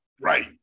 Right